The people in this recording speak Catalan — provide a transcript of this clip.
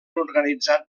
organitzat